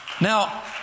Now